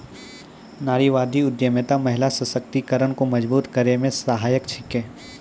नारीवादी उद्यमिता महिला सशक्तिकरण को मजबूत करै मे सहायक छिकै